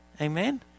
Amen